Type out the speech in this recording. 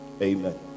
Amen